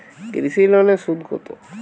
কৃষি লোনের সুদ কত?